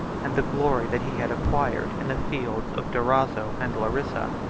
and the glory that he had acquired, in the fields of durazzo and larissa.